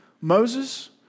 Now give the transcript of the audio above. Moses